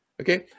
Okay